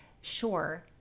sure